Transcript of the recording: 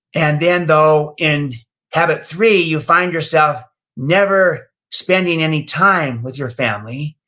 and then though in habit three, you find yourself never spending any time with your family,